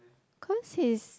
cause he is